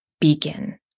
begin